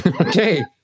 okay